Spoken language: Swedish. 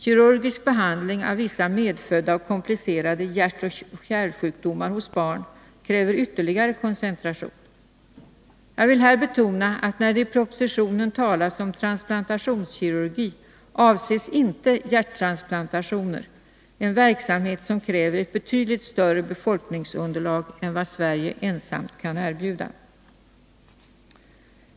Kirurgisk behandling av vissa medfödda och komplicerade hjärtoch kärlsjukdomar hos barn kräver ytterligare koncentration. Jag vill här betona att när det i propositionen talas om transplantationskirurgi avses inte hjärttransplantationer, en verksamhet som kräver ett betydligt större befolkningsunderlag än vad Sverige ensamt kan erbjuda.